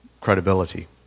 credibility